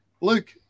Luke